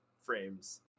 frames